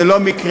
זה לא מקרה.